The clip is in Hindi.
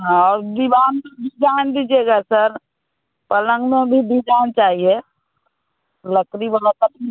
हाँ और दीवान भी दीवान दीजिएगा सर पलंग में भी डिजाईन चाहिए लकड़ी वाली सब चीज़